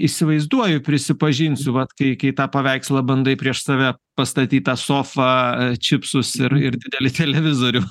įsivaizduoju prisipažinsiu vat kai kai tą paveikslą bandai prieš save pastatyt tą sofą čipsus ir ir didelį televizorių